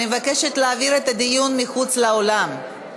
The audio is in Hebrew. אני מבקשת להעביר את הדיון מחוץ לאולם.